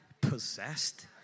possessed